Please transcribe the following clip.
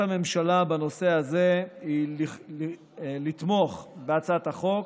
הממשלה בנושא הזה היא לתמוך בהצעת החוק,